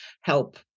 help